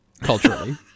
culturally